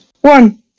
One